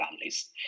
families